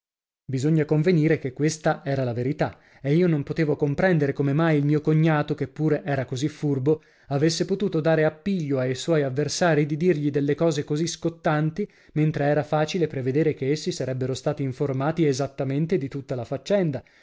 bisogna convenire che questa era la verità e io non potevo comprendere come mai il mio cognato che pure era cosi furbo avesse potuto dare appiglio ai suoi avversari di dirgli delle cose cosi scottanti mentre era facile prevedere che essi sarebbero stati informati esattamente di tutta la faccenda